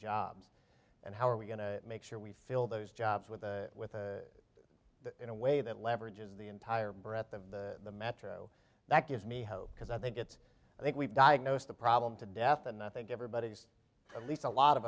jobs and how are we going to make sure we fill those jobs with with in a way that leverage is the entire breath of the metro that gives me hope because i think it's i think we've diagnosed the problem to death and i think everybody's at least a lot of